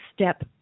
step